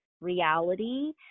reality